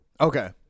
Okay